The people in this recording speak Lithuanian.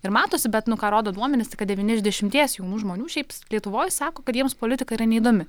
ir matosi bet nu ką rodo duomenys tai kad devyni iš dešimties jaunų žmonių šiaip lietuvoj sako kad jiems politika yra neįdomi